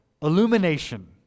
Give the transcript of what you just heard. illumination